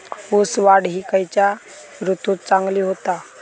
ऊस वाढ ही खयच्या ऋतूत चांगली होता?